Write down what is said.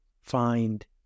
find